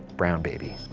brown, baby.